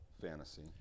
fantasy